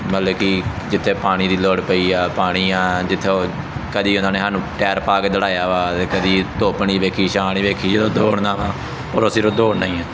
ਮਤਲਬ ਕਿ ਜਿੱਥੇ ਪਾਣੀ ਦੀ ਲੋੜ ਪਈ ਆ ਪਾਣੀ ਆ ਜਿੱਥੇ ਉਹ ਕਦੀ ਉਹਨਾਂ ਨੇ ਸਾਨੂੰ ਟਾਇਰ ਪਾ ਕੇ ਦੌੜਾਇਆ ਵਾ ਕਦੀ ਧੁੱਪ ਨਹੀਂ ਵੇਖੀ ਛਾਂ ਨਹੀਂ ਵੇਖੀ ਜਦੋਂ ਦੌੜਨਾ ਵਾ ਉਦੋਂ ਸਿਰਫ ਦੌੜਨਾ ਹੀ ਆ